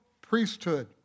priesthood